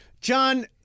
John